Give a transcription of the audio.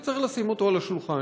וצריך לשים אותו על השולחן.